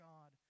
God